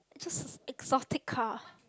just a exotic car